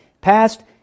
passed